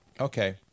okay